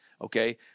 Okay